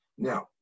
Now